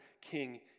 king